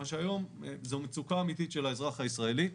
מה שהיום זו מצוקה אמיתית של האזרח הישראלי.